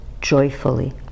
joyfully